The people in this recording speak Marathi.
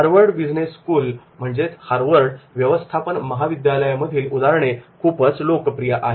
हार्वर्ड बिझनेस स्कूल हार्वर्ड व्यवस्थापन महाविद्यालय मधील उदाहरणे खूपच लोकप्रिय आहेत